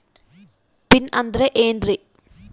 Pin ಅಂದ್ರೆ ಏನ್ರಿ?